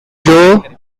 joe